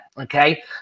okay